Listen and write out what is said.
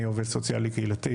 אני עובד סוציאלי קהילתי,